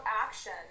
action